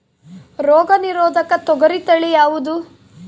ರೋಗ ನಿರೋಧಕ ತೊಗರಿ ತಳಿ ಯಾವುದು?